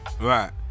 Right